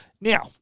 Now